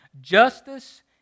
justice